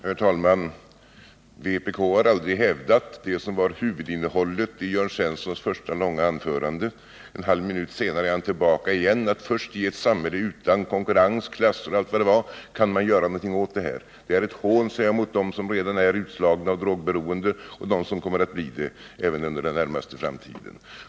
Herr talman! Vpk skulle alltså aldrig ha hävdat det som var huvudinnehållet i Jörn Svenssons långa första anförande. Men någon minut senare är Jörn Svensson tillbaka i sitt tal om att vi först skall ha ett samhälle utan konkurrens, utan klasser osv., om man skall kunna göra något. Jag säger att det är ett hån mot dem som redan är utslagna och drogberoende och även mot dem som kommer att bli det under den närmaste framtiden.